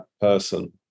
person